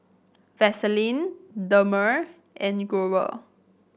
Vaselin Dermale and Growell